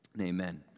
Amen